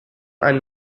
ein